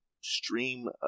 stream